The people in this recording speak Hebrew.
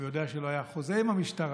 הוא יודע שלא היה חוזה עם המשטרה,